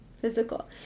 Physical